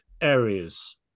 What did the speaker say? areas